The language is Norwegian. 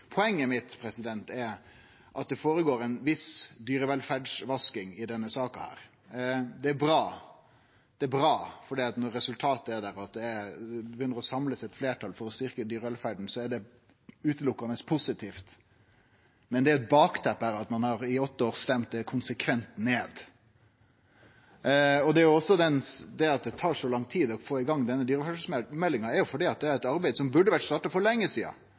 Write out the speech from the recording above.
Poenget mitt er at det går føre seg ei viss dyrevelferdsvasking i denne saka. Det er bra, for når resultatet er at det begynner å samle seg eit fleirtal for å styrkje dyrevelferda, er det utelukkande positivt. Men det er jo eit bakteppet her, at ein i åtte år har stemt det konsekvent ned. Det at det tar så lang tid å få i gang denne dyrevelferdsmeldinga, er fordi det er eit arbeid som burde vore starta for lenge